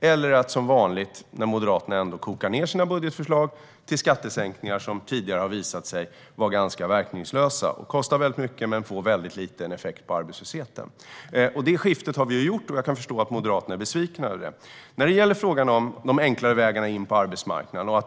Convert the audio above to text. Eller är det som vanligt: Moderaterna kokar ned sina budgetförslag till skattesänkningar som tidigare har visat sig vara ganska verkningslösa? Dessa kostar mycket men ger liten effekt på arbetslösheten. Vi har gjort detta skifte, och jag kan förstå att Moderaterna är besvikna över det. Låt mig gå över till frågan om de enklare vägarna in på arbetsmarknaden.